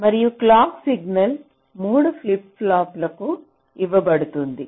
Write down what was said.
మరియు clock signal 3 flip flops కు ఇవ్వబడుతుంది